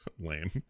lame